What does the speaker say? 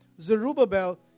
Zerubbabel